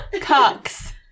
Cocks